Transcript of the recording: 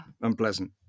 unpleasant